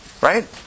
Right